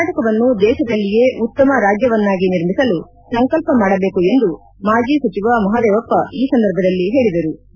ಕರ್ನಾಟಕವನ್ನು ದೇಶದಲ್ಲಿಯೇ ಉತ್ತಮ ರಾಜ್ಯವನ್ನಾಗಿ ನಿರ್ಮಿಸಲು ಸಂಕಲ್ಪ ಮಾಡದೇಕು ಎಂದು ಮಾಜಿ ಸಚಿವ ಮಹದೇವಪ್ಪ ಈ ಸಂದರ್ಭದಲ್ಲಿ ಹೇಳಿದರು